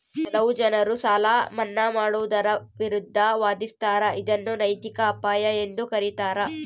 ಕೆಲವು ಜನರು ಸಾಲ ಮನ್ನಾ ಮಾಡುವುದರ ವಿರುದ್ಧ ವಾದಿಸ್ತರ ಇದನ್ನು ನೈತಿಕ ಅಪಾಯ ಎಂದು ಕರೀತಾರ